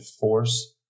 force